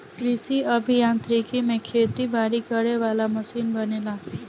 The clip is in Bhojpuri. कृषि अभि यांत्रिकी में खेती बारी करे वाला मशीन बनेला